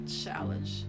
challenge